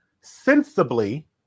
sensibly